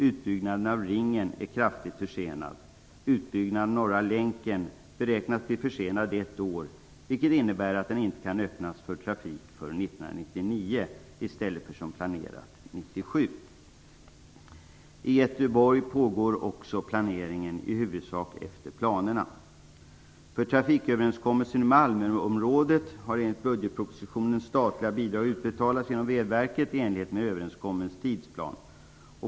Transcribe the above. Utbyggnaden av Ringen är kraftigt försenad. Utbyggnaden av Norra länken beräknas bli försenad med ett år, vilket innebär att den inte kan öppnas för trafik förrän 1999 i stället för som planerat 1997. I Göteborg pågår också planeringen i huvudsak efter planerna. För trafiköverenskommelsen i Malmöområdet har enligt budgetpropositionen statliga bidrag utbetalats genom Vägverket i enlighet med överenskommen tidsplan.